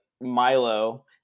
Milo